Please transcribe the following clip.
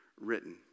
written